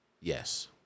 yes